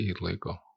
illegal